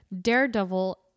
Daredevil